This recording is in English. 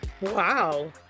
Wow